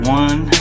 one